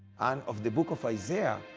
and of the book of isaiah,